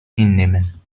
hinnehmen